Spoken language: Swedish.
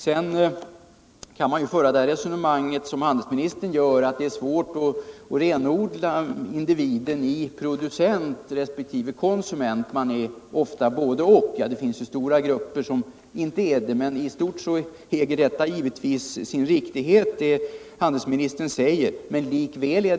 Sedan kan man, som handelsministern gör, säga att det är svårt att dela upp individerna i konsumenter och producenter — ofta är man både—och. Det finns naturligtvis stora grupper som inte är det, men i stort äger handelsministerns resonemang sin riktighet.